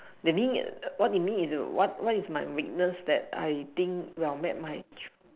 the mean is what you mean is you what what is my weakness that I think will match my